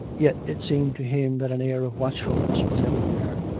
yet it seemed to him that an air of watchfulness was everywhere.